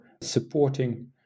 supporting